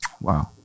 wow